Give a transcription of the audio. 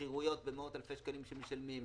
שכירויות במאות אלפי שקלים שמשלמים,